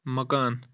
مکان